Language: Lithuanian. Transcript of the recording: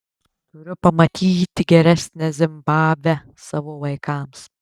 turiu pamatyti geresnę zimbabvę savo vaikams